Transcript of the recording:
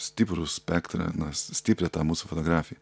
stiprų spektrą na stiprią tą mūsų fotografiją